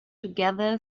together